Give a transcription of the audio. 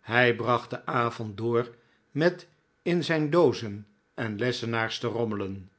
hij bracht den p avond door met in zijn doozen en lessenaars te rommelen